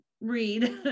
read